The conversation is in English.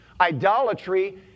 Idolatry